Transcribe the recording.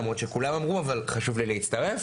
למרות שכולם אמרו אבל חשוב לי להצטרף.